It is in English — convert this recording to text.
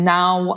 now